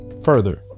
further